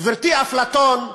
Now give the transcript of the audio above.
גברתי, אפלטון,